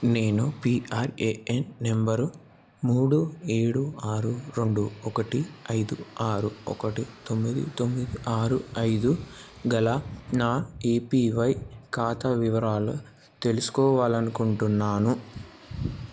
నేను పిఆర్ఏఎన్ నంబరు మూడు ఏడు ఆరు రెండు ఒకటి ఐదు ఆరు ఒకటి తొమ్మిది తొమ్మిది ఆరు ఐదు గల నా ఏపీవై ఖాతా వివరాలు తెలుసుకోవాలనుకుంటున్నాను